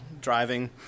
driving